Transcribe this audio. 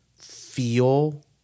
feel